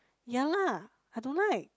ya lah I don't like